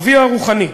אביה הרוחני,